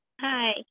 Hi